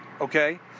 okay